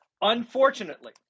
Unfortunately